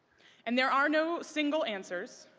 and there are no single answers.